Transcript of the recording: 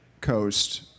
coast